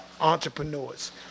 Entrepreneurs